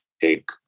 take